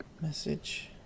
message